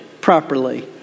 properly